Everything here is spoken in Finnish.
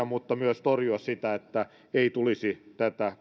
mutta myös torjua sitä että ei tulisi tätä